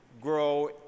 grow